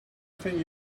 think